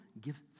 Give